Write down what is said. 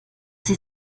sie